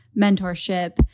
mentorship